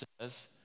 says